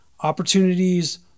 opportunities